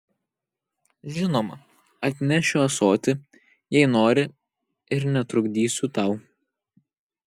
žinoma atnešiu ąsotį jei nori ir netrukdysiu tau